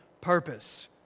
purpose